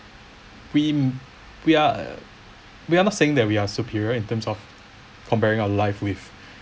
we we are we're not saying that we are superior in terms of comparing our life with